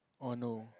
oh no